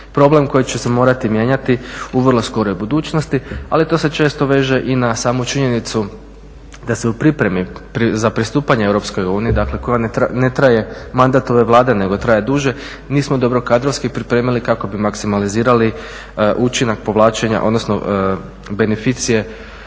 problem koji će se morati mijenjati u vrlo skoroj budućnosti, ali to se često veže i na samu činjenicu da se u pripremi za pristupanje EU, dakle koja ne traje mandat ove Vlade, nego traje duže nismo dobro kadrovski pripremili kako bi maksimalizirali učinak povlačenja, odnosno beneficije